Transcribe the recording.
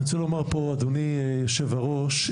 אני רוצה לומר פה אדוני יושב הראש,